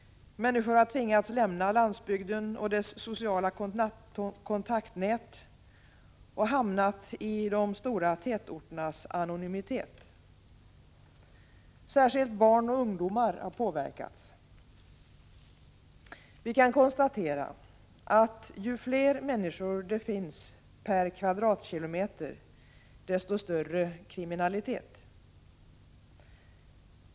Människor har tvingats lämna landsbygden och dess sociala kontaktnät och hamnat i de stora tätorternas anonymitet. Särskilt barn och ungdomar har påverkats. Vi kan konstatera att ju fler människor det finns per kvadratkilometer, desto större kriminalitet.